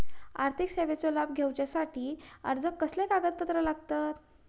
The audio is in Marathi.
आर्थिक सेवेचो लाभ घेवच्यासाठी अर्जाक कसले कागदपत्र लागतत?